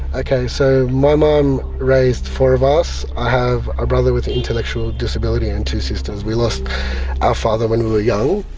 okay, so my mum raised four of us. i have a brother with intellectual disability and two sisters. we lost our father when we were young.